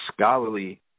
scholarly